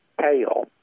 tail